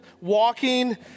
walking